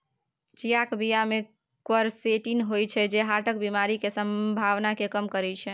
चियाक बीया मे क्वरसेटीन होइ छै जे हार्टक बेमारी केर संभाबना केँ कम करय छै